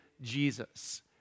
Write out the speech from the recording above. Jesus